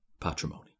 patrimony